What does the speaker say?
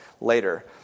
later